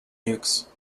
nukes